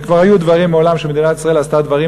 וכבר היו דברים מעולם שמדינת ישראל עשתה דברים